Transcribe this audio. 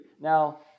Now